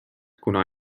kuna